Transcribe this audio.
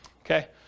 okay